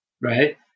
right